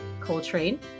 coltrane